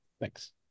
Thanks